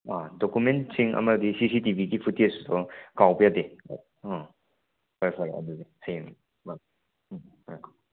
ꯑꯥ ꯗꯣꯀꯨꯃꯦꯟꯁꯤꯡ ꯑꯃꯗꯤ C C T ꯚꯤꯒꯤ ꯐꯨꯠꯇꯦꯁꯇꯣ ꯀꯥꯎꯕ ꯌꯥꯗꯦ ꯐꯔꯦ ꯐꯔꯦ ꯑꯗꯨꯗꯤ ꯍꯌꯦꯡꯃꯛ ꯎꯝ ꯉꯥꯏꯈꯣ